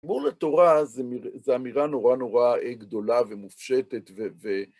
כמו לתורה, זה אמירה נורא נורא גדולה ומופשטת ו...